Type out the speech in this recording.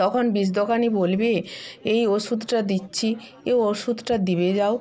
তখন বিষ দোকানদার বলবে এই ওষুদটা দিচ্ছি এ ওষুদটা দিয়ে যাও